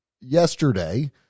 yesterday